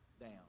down